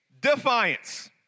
defiance